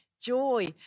joy